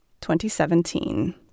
2017